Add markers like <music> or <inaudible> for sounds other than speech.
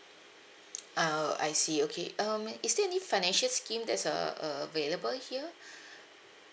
oh I see okay um is there any financial scheme that's a~ available here <breath>